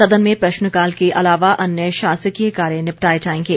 सदन में प्रश्नकाल के अलावा अन्य शासकीय कार्य निपटाए जाएंगे